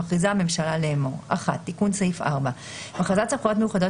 מכריזה הממשלה לאמור: תיקון סעיף 41.בהכרזת סמכויות מיוחדות